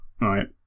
right